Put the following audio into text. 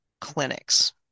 clinics